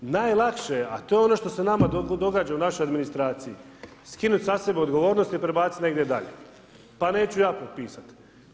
Najlakše je, a to je ono što se nama događa u našoj administraciji skinuti sa sebe odgovornost i prebacit negdje dalje, pa neću ja potpisat.